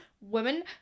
women